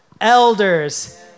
elders